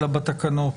אלא בתקנות,